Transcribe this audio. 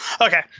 Okay